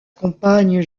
compagne